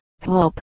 pulp